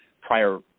prior